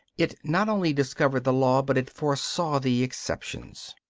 it not only discovered the law, but it foresaw the exceptions.